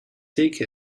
take